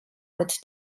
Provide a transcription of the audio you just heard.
mit